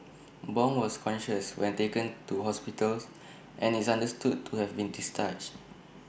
Bong was conscious when taken to hospitals and is understood to have been discharged